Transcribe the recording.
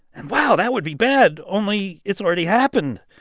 and, wow, that would be bad only it's already happened.